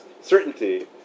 certainty